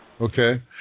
Okay